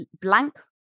blank